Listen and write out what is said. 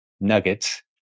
nuggets